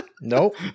Nope